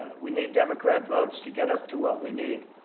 we need democrat votes to get up to what we need.